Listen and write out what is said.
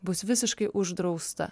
bus visiškai uždrausta